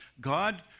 God